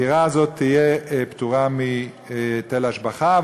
הדירה הזאת תהיה פטורה מהיטל השבחה,